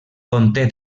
conté